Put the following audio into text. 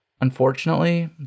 Unfortunately